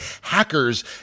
Hackers